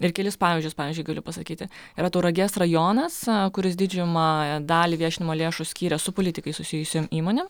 ir kelis pavyzdžius pavyzdžiui galiu pasakyti yra tauragės rajonas kuris didžiumą dalį viešinimo lėšų skyrė su politikais susijusiom įmonėm